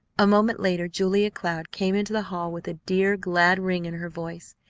a moment later julia cloud came into the hall with a dear, glad ring in her voice,